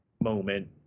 moment